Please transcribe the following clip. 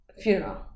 funeral